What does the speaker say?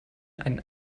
einen